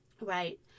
right